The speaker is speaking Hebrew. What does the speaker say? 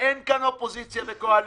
אין כאן אופוזיציה וקואליציה,